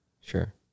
sure